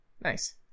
nice